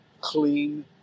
clean